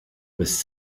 was